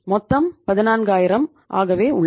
மொத்தம் 14000 ஆகவே உள்ளது